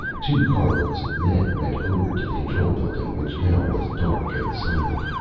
two car loads of men went over to the control building, which now was dark and silent.